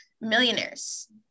millionaires